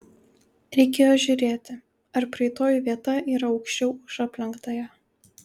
reikėjo žiūrėti ar prieitoji vieta yra aukščiau už aplenktąją